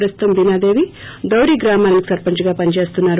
ప్రస్తుతం బీనాదేవి దౌరీ గ్రామానికి సర్సంచ్గా పనిచేస్తున్నారు